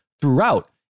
throughout